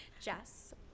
Jess